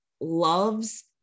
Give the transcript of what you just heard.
loves